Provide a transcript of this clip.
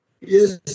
Yes